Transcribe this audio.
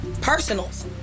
personals